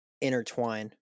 intertwine